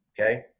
Okay